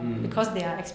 mm